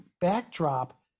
backdrop